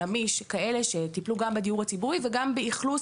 חלמיש שטיפלו גם בדיור הציבורי וגם באכלוס